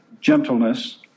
gentleness